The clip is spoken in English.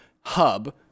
hub